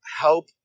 help